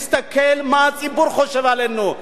להסתכל מה הציבור חושב עלינו.